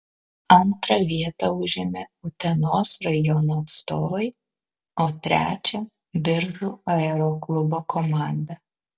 antrą vietą užėmė utenos rajono atstovai o trečią biržų aeroklubo komanda